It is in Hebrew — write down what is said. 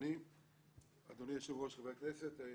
אדוני היושב-ראש, חברי הכנסת,